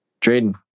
Drayden